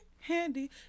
Handy